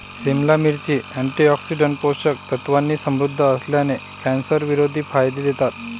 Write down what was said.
सिमला मिरची, अँटीऑक्सिडंट्स, पोषक तत्वांनी समृद्ध असल्याने, कॅन्सरविरोधी फायदे देतात